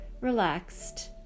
relaxed